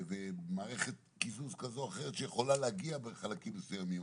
ומערכת קיזוז כזו או אחרת שיכולה להגיע בחלקים מסוימים,